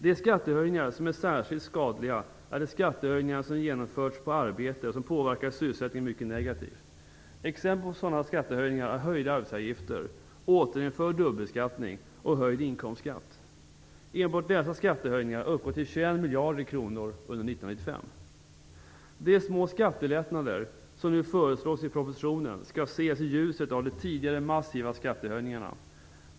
De skattehöjningar som är särskilt skadliga är de som har genomförts på arbete och som påverkar sysselsättningen mycket negativt. Exempel på sådana skattehöjningar är höjda arbetsgivaravgifter, återinförd dubbelbeskattning och höjd inkomstskatt. Enbart dessa skattehöjningar uppgår till 21 miljarder kronor under 1995. De små skattelättnader som nu föreslås i propositionen skall ses i ljuset av de tidigare massiva skattehöjningarna.